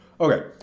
Okay